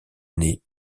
née